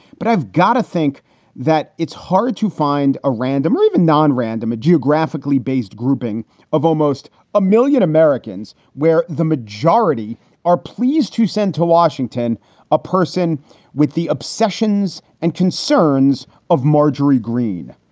but i've got to think that it's hard to find a random or even non-random a geographically based grouping of almost a million americans where the majority are pleased to send to washington a person with the obsessions and concerns of marjorie green,